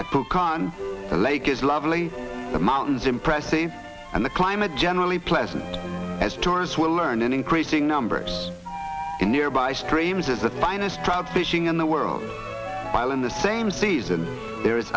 con the lake is lovely the mountains impressed and the climate generally pleasant as tourists will learn in increasing numbers in nearby streams of the finest trout fishing in the world while in the same season there is